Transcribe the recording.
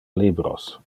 libros